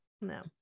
No